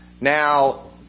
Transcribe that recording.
now